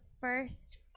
first